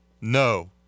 No